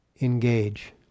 Engage